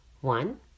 One